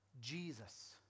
Jesus